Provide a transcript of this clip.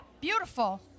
beautiful